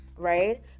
right